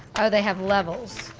oh, they have levels.